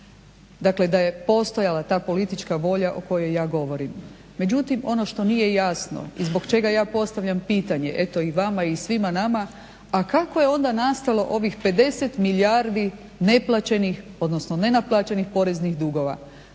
Dakle, da je postojala ta politička volja o kojoj ja govorim. Međutim, ono što nije jasno i zbog čega ja postavljam pitanje eto i vama i svima nama, a kako je onda nastalo ovih 50 milijardi neplaćenih, odnosno nenaplaćenih poreznih dugova.